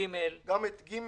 גם את (ג),